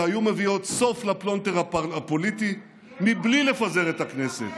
שהיו מביאות סוף לפלונטר הפוליטי בלי לפזר את הכנסת?